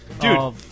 dude